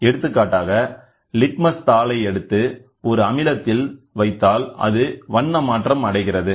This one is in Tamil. எடுத்துக்காட்டாக லிட்மஸ் தாளை எடுத்து ஒரு அமிலத்தில் வைத்தால் அது வண்ணமாற்றம் அடைகிறது